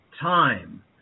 time